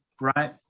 right